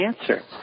answer